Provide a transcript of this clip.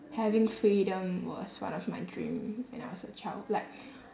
having freedom was one of my dream when I was a child like